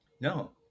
no